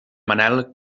manel